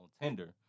Tinder